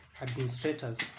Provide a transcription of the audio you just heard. administrators